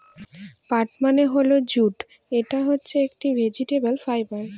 পাট মানে হল জুট এটা হচ্ছে একটি ভেজিটেবল ফাইবার